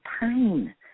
pain